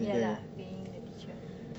ya lah paying the teacher only